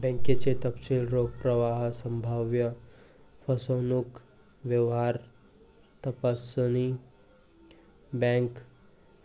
बँकेचे तपशील रोख प्रवाह, संभाव्य फसवणूक, व्यवहार तपासणी, बँक